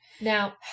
Now